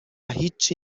هیچی